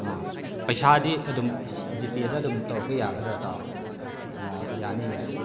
ꯑ ꯄꯩꯁꯥꯗꯤ ꯑꯗꯨꯝ ꯖꯤ ꯄꯦꯗ ꯑꯗꯨꯝ ꯇꯧꯔꯛꯄ ꯌꯥꯒꯗ꯭ꯔ ꯇꯥꯃꯣ ꯑꯣ ꯌꯥꯅꯤꯌꯦ